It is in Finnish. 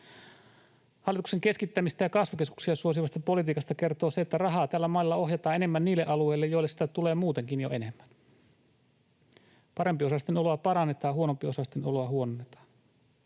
Hallituksen keskittämisestä ja kasvukeskuksia suosivasta politiikasta kertoo se, että rahaa tällä mallilla ohjataan enemmän niille alueille, joille sitä tulee muutenkin jo enemmän. Parempiosaisten oloa parannetaan, huonompiosaisten oloa huononnetaan.